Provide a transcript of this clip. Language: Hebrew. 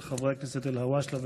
של חברי הכנסת אלהואשלה וטיבי,